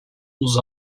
nos